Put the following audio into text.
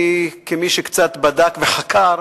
כמי שקצת בדק וחקר,